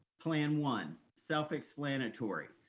plan one, self-explanatory,